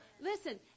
listen